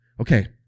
okay